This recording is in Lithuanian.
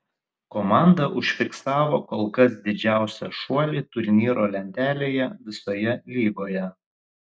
komanda užfiksavo kol kas didžiausią šuolį turnyro lentelėje visoje lygoje